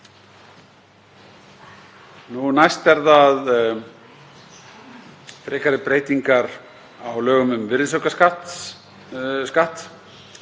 Næst eru það frekari breytingar á lögum um virðisaukaskatt.